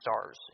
stars